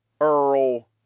Earl